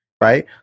right